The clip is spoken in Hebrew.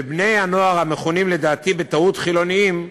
ובני-הנוער, המכונים, לדעתי בטעות, חילונים,